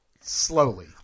slowly